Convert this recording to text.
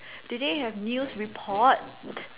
did they have news report